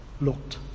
looked